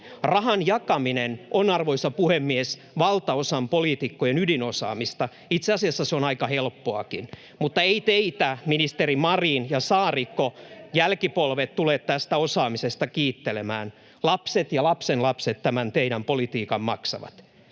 Rahan jakaminen, arvoisa puhemies, on poliitikoista valtaosan ydinosaamista, itse asiassa se on aika helppoakin, mutta eivät teitä, ministerit Marin ja Saarikko, jälkipolvet tule tästä osaamisesta kiittelemään. Lapset ja lapsenlapset tämän teidän politiikkanne maksavat.